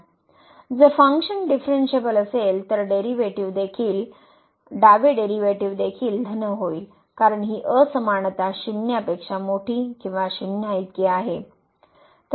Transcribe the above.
जर function differentiable असेल तर डावे डेरीवेटीव देखील धन होईल कारण ही असमानता शुण्यापेक्षा मोठी किंवा शुन्न्या इतकी आहे